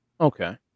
Okay